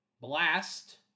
Blast